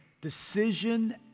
decision